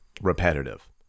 repetitive